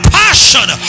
passion